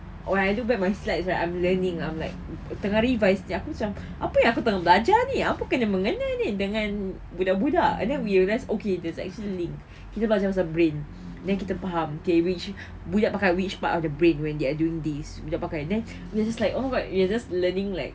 oh I look back my slides right I'm learning ah I'm like tengah revise jer aku macam apa yang aku tengah belajar ni apa kena mengena ni dengan budak-budak and we revise okay that's actually link kita belajar pasal brain then kita faham okay which budak pakai which part of the brain when they are doing this budak pakai then we are just like oh my god we are just learning like